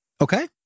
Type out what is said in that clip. Okay